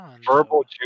verbal